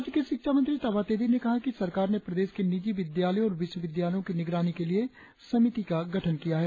राज्य के शिक्षा मंत्री ताबा तेदिर ने कहा है कि सरकार ने प्रदेश के निजी विद्यालयों और विश्वविद्यालय की निगरानी के लिए समिति का गठन किया है